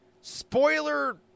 spoiler